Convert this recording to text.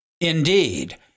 Indeed